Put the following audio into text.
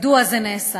מדוע זה נעשה?